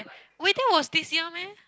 wedding was this year meh